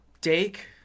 Dake